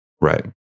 right